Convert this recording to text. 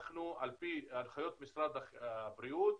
על פי הנחיות משרד הבריאות,